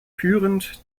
führend